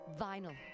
Vinyl